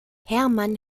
hermann